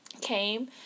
came